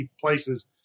places